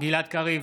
גלעד קריב,